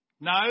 No